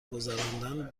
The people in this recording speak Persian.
گذراندن